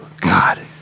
God